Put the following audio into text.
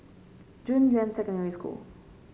Junyuan Secondary School